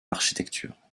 architecture